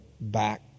back